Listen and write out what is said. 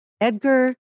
Edgar